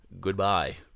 goodbye